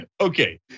Okay